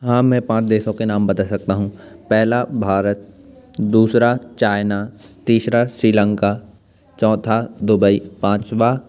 हाँ मैं पाँच देशों के नाम बता सकता हूँ पहला भारत दूसरा चाइना तीसरा श्रीलंका चौथा दुबई पाँचवां